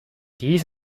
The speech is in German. dies